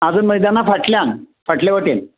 आझाद मैदाना फाटल्यान फाटले वाटेन